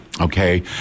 okay